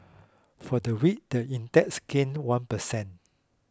for the week the index gained one per cent